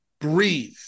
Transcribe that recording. breathe